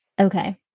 Okay